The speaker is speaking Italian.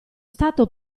stato